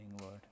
Lord